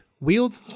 Wield